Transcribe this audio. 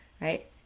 Right